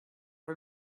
for